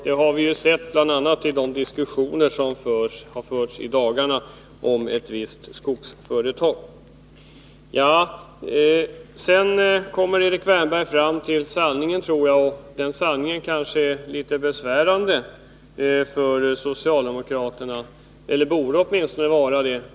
Det har vi ju sett, bl.a. av de diskussioner som förts i dagarna om ett visst skogsföretag. Sedan kommer Erik Wärnberg fram till det jag tror är sanningen, och den sanningen är kanske litet besvärande för socialdemokraterna — eller borde åtminstone vara det.